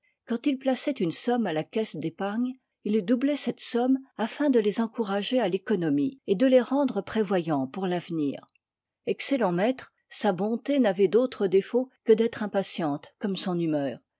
quand ils plaçoient une somme à la caisse d épargne il doubloit cette somme afin de les encourager à l'économie et de les rendre prévoyans pour l'avenir excellent maître sa bonté n'avoit d'autre défaut que d'être impatiente comme son humeur